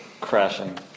crashing